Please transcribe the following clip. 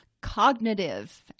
Cognitive